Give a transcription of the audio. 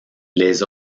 les